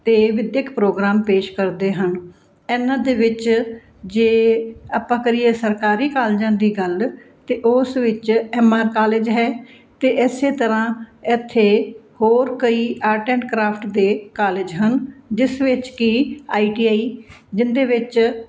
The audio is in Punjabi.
ਤੇ ਵਿੱਦਿਅਕ ਪ੍ਰੋਗਰਾਮ ਪੇਸ਼ ਕਰਦੇ ਹਨ ਇਹਨਾਂ ਦੇ ਵਿੱਚ ਜੇ ਆਪਾਂ ਕਰੀਏ ਸਰਕਾਰੀ ਕਾਲਜਾਂ ਦੀ ਗੱਲ ਤੇ ਉਸ ਵਿੱਚ ਐਮਆਰ ਕਾਲਜ ਹੈ ਤੇ ਇਸੇ ਤਰ੍ਹਾਂ ਐਥੇ ਹੋਰ ਕਈ ਆਰਟ ਐਂਡ ਕਰਾਫਟ ਦੇ ਕਾਲਜ ਹਨ ਜਿਸ ਵਿੱਚ ਕੀ ਆਈਟੀਆਈ ਜਿਨਦੇ ਵਿੱਚ